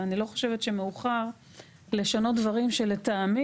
ואני לא חושבת שמאוחר לשנות דברים שלטעמי,